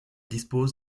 disposent